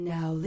Now